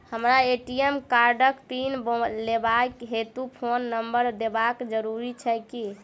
हमरा ए.टी.एम कार्डक पिन लेबाक हेतु फोन नम्बर देबाक जरूरी छै की?